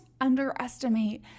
underestimate